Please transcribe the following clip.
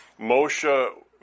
Moshe